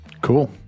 cool